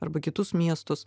arba kitus miestus